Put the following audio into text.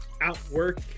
outwork